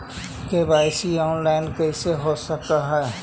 KYC online कैसे हो सक है?